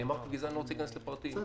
אני לא רוצה להיכנס לפרטים.